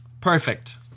perfect